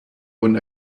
wurden